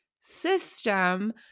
system –